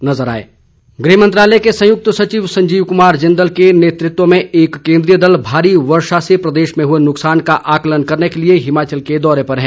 नुकसान गृह मंत्रालय के संयुक्त सचिव संजीव कुमार जिंदल के नेतृत्व में एक केन्द्रीय दल भारी वर्षा से प्रदेश में हुए नुकसान का आकलन करने के लिए हिमाचल के दौरे पर है